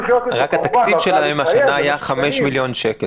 התקציב של בתי-הדין השנה היה 5 מיליון שקלים